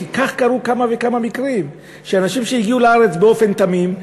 כי כך קרו כמה וכמה מקרים של אנשים שהגיעו לארץ באופן תמים,